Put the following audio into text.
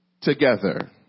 together